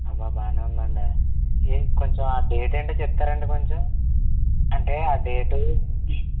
అబ్బా బాగానే ఉందండి ఏ కొంచెం ఆ డేట్ ఏంటో చెప్తారా అండి కొంచెం అంటే ఆ డేటు